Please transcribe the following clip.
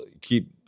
keep